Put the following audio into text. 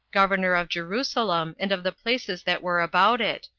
governor of jerusalem, and of the places that were about it,